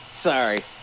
Sorry